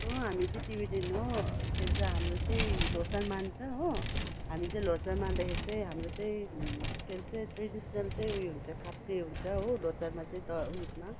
हामी चाहिँ टिबेटन हो के भन्छ हाम्रो चाहिँ ल्होसर मान्छ हो हामी चाहिँ ल्होसर मान्दाखेरि चाहिँ हाम्रो चाहिँ के भन्छ ट्रेडिस्नल चाहिँ उयो हुन्छ खाप्से हुन्छ हो ल्होसरमा चाहिँ द उयसमा